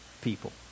people